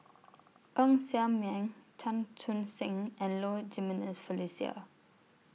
Ng Ser Miang Chan Chun Sing and Low Jimenez Felicia